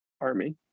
army